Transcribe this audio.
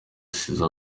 asize